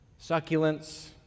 succulents